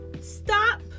stop